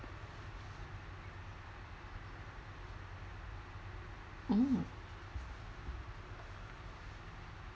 hmm